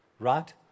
right